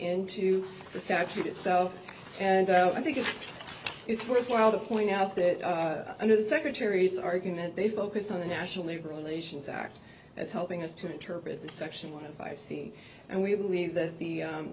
into the statute itself and i think it is worthwhile the point out that under the secretary's argument they focus on the national labor relations act as helping us to interpret the section one of i've seen and we believe that the